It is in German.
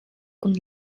und